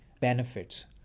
benefits